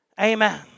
Amen